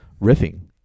riffing